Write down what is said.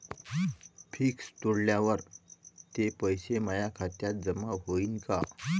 Fix तोडल्यावर ते पैसे माया खात्यात जमा होईनं का?